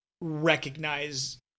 recognize